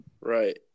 Right